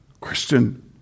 Christian